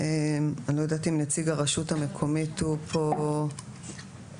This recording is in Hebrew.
זה אמור להיות בהתאם להוראות הממונה על השכר.